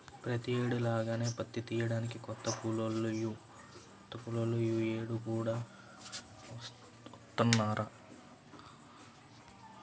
ప్రతేడు లాగానే పత్తి తియ్యడానికి కొత్త కూలోళ్ళు యీ యేడు కూడా వత్తన్నారా